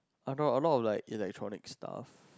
I got a lot of like electronic stuff